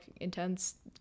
intense